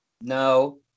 no